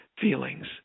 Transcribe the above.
feelings